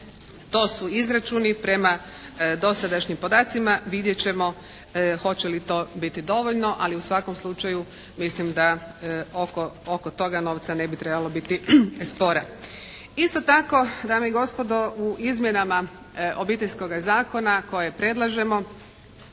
To su izračuni. Prema dosadašnjim podacima vidjet ćemo hoće li to biti dovoljno, ali u svakom slučaju mislim da oko toga novca ne bi trebalo biti spora. Isto tako, dame i gospodo u izmjenama Obiteljskoga zakona koje predlažemo